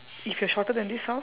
if you are shorter than this how